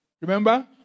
Remember